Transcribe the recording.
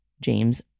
James